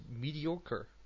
mediocre